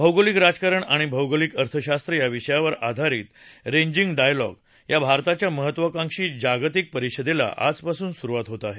भौगोलिक राजकारण आणि भौगोलिक अर्थशास्त्र या विषयावर आधारित रेजिंग डायलॉग या भारताच्या महत्वाकांक्षी जागतिक परिषदेला आजपासून सुरुवात होत आहे